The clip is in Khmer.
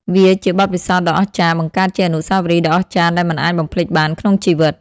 វាជាបទពិសោធន៍ដ៏អស្ចារ្យ បង្កើតជាអនុស្សាវរីយ៍ដ៏អស្ចារ្យដែលមិនអាចបំភ្លេចបានក្នុងជីវិត។